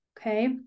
Okay